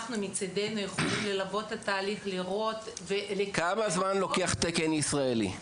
אנחנו מצדנו יכולים ללוות את התהליך --- כמה זמן לוקח תקן ישראלי?